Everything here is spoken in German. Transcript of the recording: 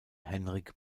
henrik